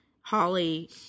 Holly